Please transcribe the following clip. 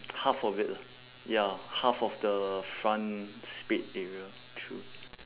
half of it lah ya half of the front spade area true